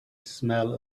smell